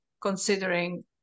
considering